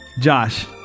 Josh